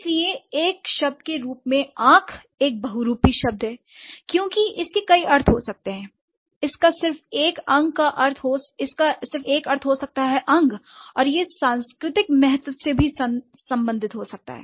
इसलिए एक शब्द के रूप में आंख एक बहुरूपी शब्द है l क्योंकि इसके कई अर्थ हो सकते हैं इसका सिर्फ एक अंग का अर्थ हो सकता है और यह सांस्कृतिक महत्व से भी संबंधित हो सकता है